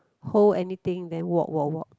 hold anything then walk walk walk